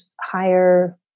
higher